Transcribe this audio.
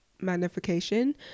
magnification